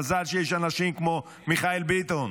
מזל שיש אנשים כמו מיכאל ביטון,